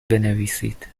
بنویسید